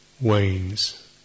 wanes